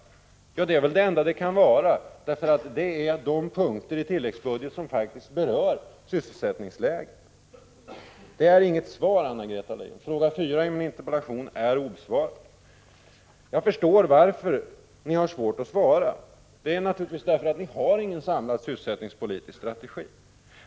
Det är väl det enda som det kan vara — det är ju de punkter i tilläggsbudgeten som faktiskt berör sysselsättningsläget. Detta är inget svar, Anna-Greta Leijon. Fråga 4 i min interpellation är obesvarad. Jag förstår varför ni har svårt att svara. Det är naturligtvis därför att ni inte har någon samlad sysselsättningspolitisk strategi.